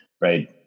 right